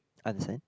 understand